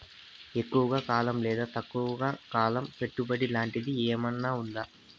ఎక్కువగా కాలం లేదా తక్కువ కాలం పెట్టుబడి లాంటిది ఏమన్నా ఉందా